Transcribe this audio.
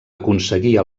aconseguir